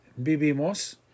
vivimos